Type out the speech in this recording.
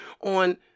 on